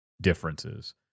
differences